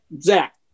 Zach